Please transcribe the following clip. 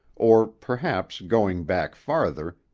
or, perhaps, going back farther,